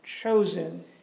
chosen